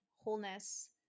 wholeness